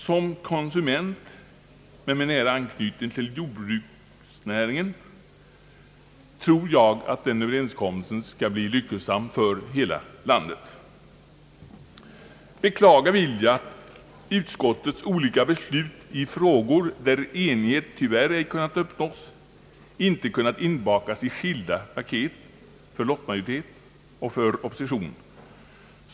Som konsument men med nära anknytning till jordbruksnäringen tror jag att den överenskommelsen skall bli lyckosam för hela landet. Jag vill beklaga att utskottets beslut i frågor, där enighet tyvärr ej kunnat uppnås, inte kunnat inbakas i skilda paket för lottmajoritet och för oppositionen.